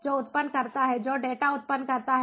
जो उत्पन्न करता है जो डेटा उत्पन्न करता है